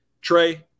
Trey